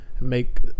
Make